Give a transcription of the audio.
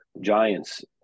Giants